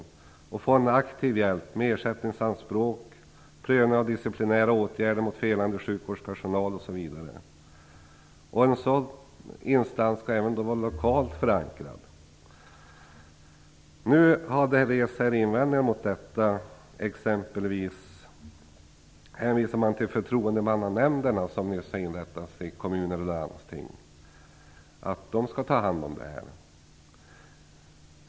De kan där få aktiv hjälp med ersättningsanspråk, prövning av disciplinära åtgärder mot felande sjukvårdspersonal osv. En sådan instans skall även vara lokalt förankrad. Det har nu rests invändningar mot detta. Man hänvisar exempelvis till att de förtroendemannanämnder som skall inrättas i kommuner och landsting skall ta hand om detta.